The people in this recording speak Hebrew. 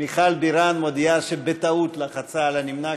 מיכל בירן מודיעה שבטעות לחצה על נמנע,